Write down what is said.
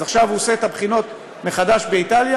אז עכשיו הוא עושה את הבחינות מחדש באיטליה?